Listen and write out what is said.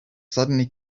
suddenly